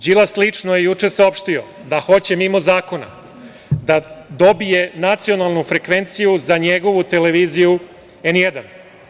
Đilas lično je juče saopštio da hoće mimo zakona da dobije nacionalnu frekvenciju za njegovu televiziju N1.